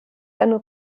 eine